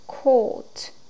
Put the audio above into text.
Court